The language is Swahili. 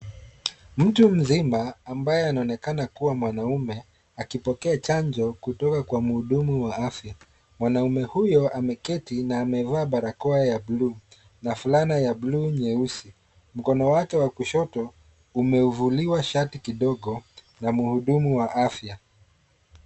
Mtu mzima ambaye anaonekana kuwa mwanamme akipokea chanjo kutoka kwa muudumu wa afya. Mwanamme huyu ameketi na amevaa barakoa ya bluu na fulana ya bluu nyeusi. Mkono wake wa kushoto umevuliwa shati kidogo na muudumu wa afya.